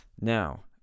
Now